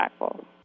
impactful